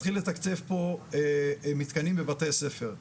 להתחיל לתקצב פה מתקנים בבתי-ספר.